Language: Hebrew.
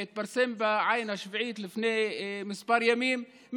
שהתפרסם בעין השביעית לפני כמה ימים,